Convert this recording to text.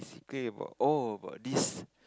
okay all about this